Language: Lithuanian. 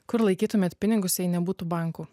kur laikytumėt pinigus jei nebūtų bankų